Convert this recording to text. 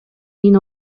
кийин